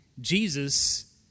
Jesus